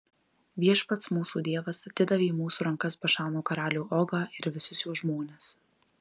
viešpats mūsų dievas atidavė į mūsų rankas bašano karalių ogą ir visus jo žmones